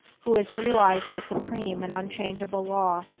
who has realized the supreme and unchangeable law,